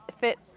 fit